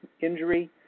injury